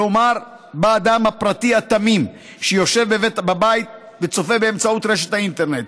כלומר באדם הפרטי התמים שיושב בבית וצופה באמצעות האינטרנט.